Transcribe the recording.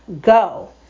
Go